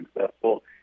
successful